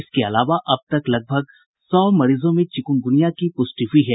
इसके अलावा अब तक लगभग सौ मरीजों में चिकुनगुनिया की भी पुष्टि हुयी है